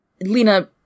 Lena